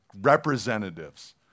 representatives